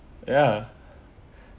ya